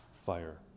fire